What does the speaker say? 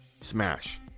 Smash